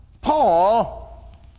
Paul